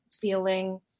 feeling